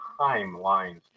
timelines